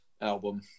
album